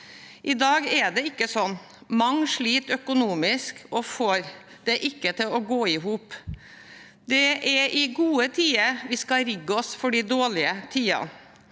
I dag er det ikke sånn. Mange sliter økonomisk og får det ikke til å gå opp. Det er i gode tider vi skal rigge oss for de dårlige tider.